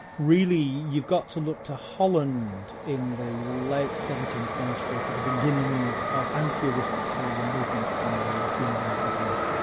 really, you've got to look to holland in the late seventeenth century for the beginnings of anti-aristotelian movements in the universities.